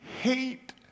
hate